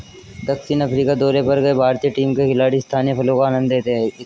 दक्षिण अफ्रीका दौरे पर गए भारतीय टीम के खिलाड़ी स्थानीय फलों का आनंद लेते दिखे